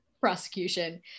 prosecution